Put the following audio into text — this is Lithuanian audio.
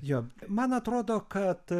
jo man atrodo kad